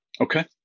Okay